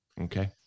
Okay